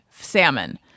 salmon